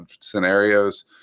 scenarios